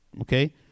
okay